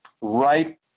right